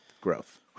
growth